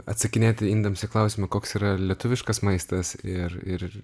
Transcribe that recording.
atsakinėti indams į klausimą koks yra lietuviškas maistas ir ir